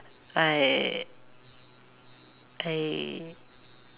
I I